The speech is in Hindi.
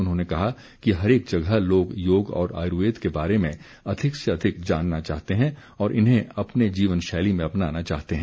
उन्होंने कहा कि हरेक जगह लोग योग और आयुर्वेद के बारे में लोग अधिक से अधिक जानना चाहते हैं और इन्हें अपनी जीवन शैली में अपनाना चाहते हैं